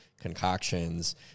concoctions